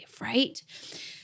right